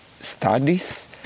studies